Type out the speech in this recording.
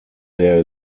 there